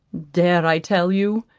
dare i tell you,